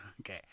Okay